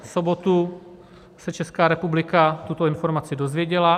V sobotu se Česká republika tuto informaci dozvěděla.